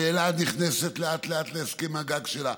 ואלעד נכנסת לאט-לאט להסכם הגג שלה,